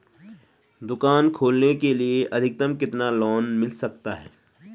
दुकान खोलने के लिए अधिकतम कितना लोन मिल सकता है?